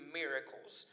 miracles